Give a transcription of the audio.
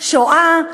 שואה,